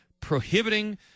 prohibiting